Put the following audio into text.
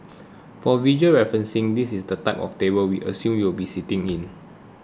for visual reference this is the type of table we assume you will be sitting in